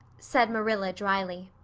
said marilla drily.